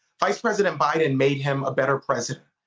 vice president biden made him a better president.